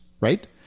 right